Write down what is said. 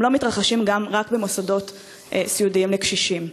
הם לא מתרחשים רק במוסדות סיעודיים לקשישים,